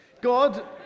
God